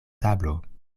tablo